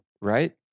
right